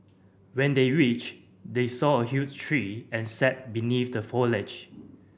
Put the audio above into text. when they reached they saw a huge tree and sat beneath the foliage